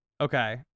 okay